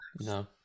no